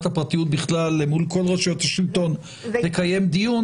הפרטיות בכלל למול כל רשויות השלטון לקיים דיון.